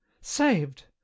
Saved